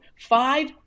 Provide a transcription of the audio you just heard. five